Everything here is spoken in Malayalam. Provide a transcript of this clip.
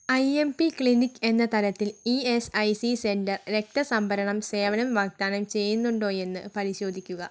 ഐ എം പി ക്ലിനിക് എന്ന തരത്തിൽ E S I C centre രക്ത സംഭരണം സേവനം വാഗ്ദാനം ചെയ്യുന്നുണ്ടോയെന്ന് പരിശോധിക്കുക